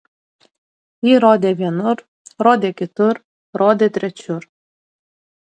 ji rodė vienur rodė kitur rodė trečiur